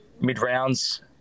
mid-rounds